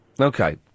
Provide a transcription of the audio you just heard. Okay